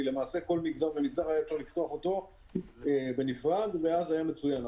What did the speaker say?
למעשה כל מגזר ומגזר היה אפשר לפתוח בנפרד ואז היה מצוין,